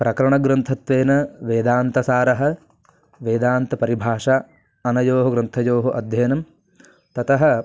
प्रकरणग्रन्थत्वेन वेदान्तसारः वेदान्तपरिभाषा अनयोः ग्रन्थयोः अध्ययनं ततः